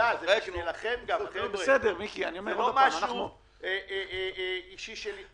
לא משהו אישי שלי.